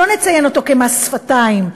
לא נציין אותו כמס שפתיים,